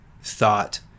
thought